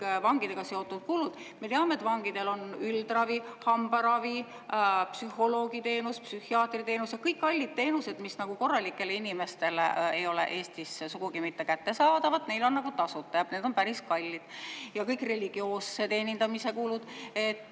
vangidega seotud kulud. Me teame, et vangidel on üldravi, hambaravi, psühholoogiteenus, psühhiaatriteenus – kõik kallid teenused, mis korralikele inimestele ei ole Eestis sugugi mitte kättesaadavad, on neile tasuta, ja need on päris kallid, ja kõik religioosse teenindamise kulud.